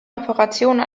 operationen